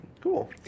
Cool